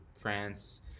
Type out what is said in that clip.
France